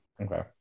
Okay